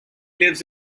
lives